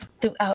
Throughout